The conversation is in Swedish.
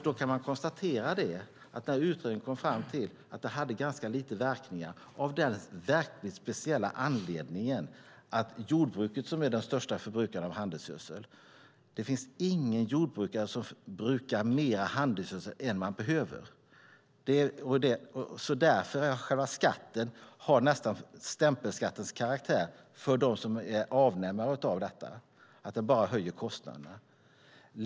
Man kan konstatera att utredningen kom fram till att det hade ganska lite verkningar, av den verkligt speciella anledningen att ingen jordbrukare - jordbruket är den största förbrukaren av handelsgödsel - förbrukar mer handelsgödsel än man behöver. Därför har själva skatten nästan stämpelskattens karaktär för dem som är avnämare av detta. Den bara höjer kostnaderna.